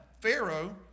Pharaoh